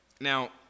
Now